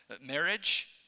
marriage